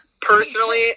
personally